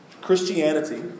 Christianity